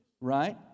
right